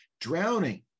drowning